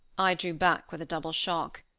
i drew back with a double shock.